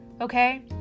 okay